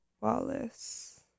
Wallace